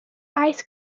ice